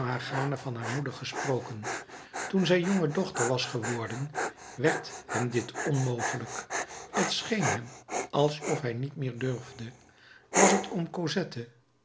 van haar moeder gesproken toen zij jongedochter was geworden werd hem dit onmogelijk t scheen hem alsof hij niet meer durfde was het om